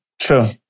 true